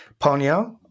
Ponyo